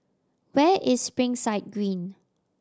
where is Springside Green